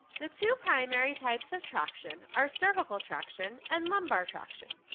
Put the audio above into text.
the two primary types of traction are cervical traction and lumbar traction.